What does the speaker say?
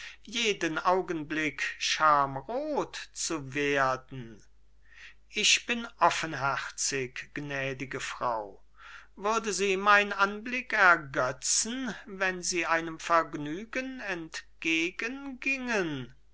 jeden augenblick schamroth zu werden ich bin offenherzig gnädige frau würde sie mein anblick ergötzen wenn sie einem vergnügen entgegen gingen